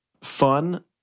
fun